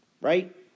Right